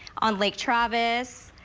on lake travis.